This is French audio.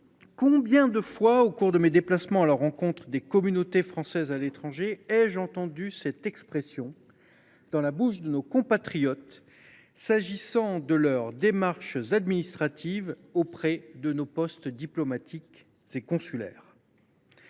Combien de fois au cours de mes déplacements à la rencontre des communautés françaises à l’étranger ai je entendu cette expression dans la bouche de nos compatriotes pour qualifier leurs démarches administratives auprès de nos postes diplomatiques et consulaires ?